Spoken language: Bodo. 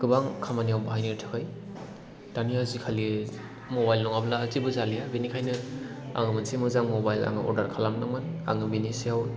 गोबां खामानियाव बाहायनो थाखाय दानि आजिखालि मबाइल नङाब्ला जेबो जालिया बेनिखायनो आङो मोनसे मोजां मबाइल आङो अर्दार खालामदोंमोन आङो बेनि सायाव